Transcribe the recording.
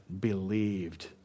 believed